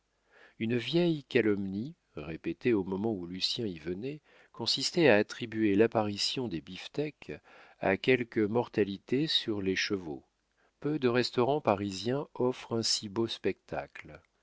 une vieille calomnie répétée au moment où lucien y venait consistait à attribuer l'apparition des beafteaks à quelque mortalité sur les chevaux peu de restaurants parisiens offrent un si beau spectacle